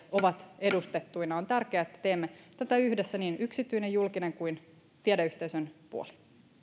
ovat edustettuina on tärkeää että teemme tätä yhdessä niin yksityinen julkinen kuin tiedeyhteisön puoli